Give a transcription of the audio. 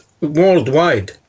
worldwide